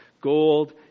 gold